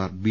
Mar B